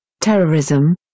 Terrorism